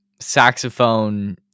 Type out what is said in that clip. saxophone